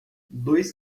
dois